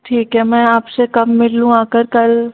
ठीक है मैं आपसे कब मिलूँ आकर कल